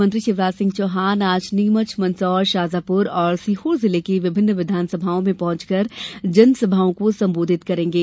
मुख्यमंत्री शिवराज सिंह चौहान आज नीमच मंदसौर शाजापुर और सीहोर जिले की विभिन्न विधानसभाओं में पहॅचकर जनसभाओं को संबोधित करेंगे